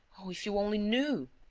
oh, if you only knew!